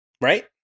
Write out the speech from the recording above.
Right